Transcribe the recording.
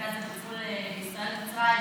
בגבול מצרים,